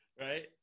Right